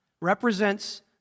represents